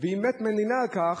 והיא באמת מלינה על כך